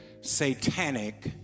satanic